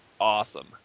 awesome